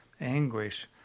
anguish